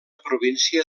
província